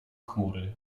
chmury